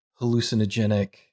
hallucinogenic